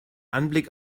anblick